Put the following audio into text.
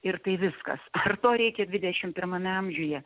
ir tai viskas ar to reikia dvidešim pirmame amžiuje